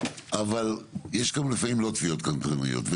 אבל יש גם לפעמים לא תביעות קנטרניות,